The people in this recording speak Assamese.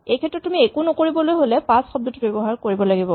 এইক্ষেত্ৰত তুমি একো নকৰিবলৈ হ'লে পাছ শব্দটো ব্যৱহাৰ কৰিব লাগিব